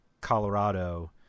Colorado